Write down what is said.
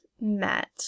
Met